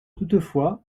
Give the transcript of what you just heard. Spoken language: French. toutefois